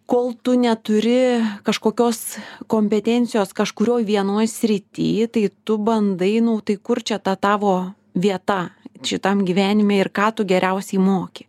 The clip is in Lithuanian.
kol tu neturi kažkokios kompetencijos kažkurioj vienoj srity tai tu bandai nu tai kur čia ta tavo vieta šitam gyvenime ir ką tu geriausiai moki